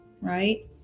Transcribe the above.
right